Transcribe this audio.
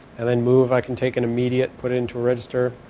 and then move i can take an immediate put in to register.